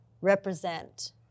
represent